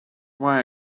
why